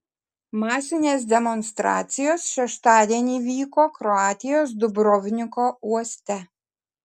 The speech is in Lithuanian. masinės demonstracijos šeštadienį vyko kroatijos dubrovniko uoste